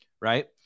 right